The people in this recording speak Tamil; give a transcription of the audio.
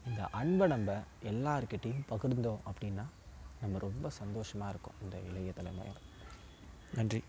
இந்த அன்பை நம்ப எல்லாருக்கிட்டயும் பகிர்ந்தோம் அப்படின்னா நம்ம ரொம்ப சந்தோஷமாக இருக்கும் இந்த இளைய தலைமுறைகள் நன்றி